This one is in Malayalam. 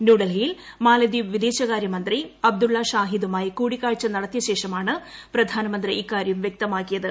ന്യൂഡൽഹിയിൽ മാലദ്വീപ് വിദേശകാര്യ മന്ത്രി അബ്ദുള്ള ഷാഹിദുമായി കൂടിക്കാഴ്ച നടത്തിയ ശേഷമാണ് പ്രധാനമന്ത്രി ഇങ്ങനെ പറഞ്ഞത്